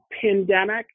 pandemic